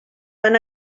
van